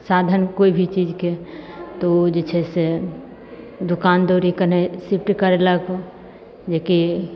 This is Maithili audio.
साधन कोइ भी चीजके तऽ ओ जे छै से दोकान दौड़ी केनहिये शिफ्ट करयलक जेकि